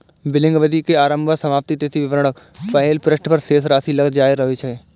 billing अवधि के आरंभ आ समाप्ति तिथि विवरणक पहिल पृष्ठ पर शेष राशि लग दर्ज होइ छै